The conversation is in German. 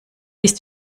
ist